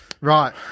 Right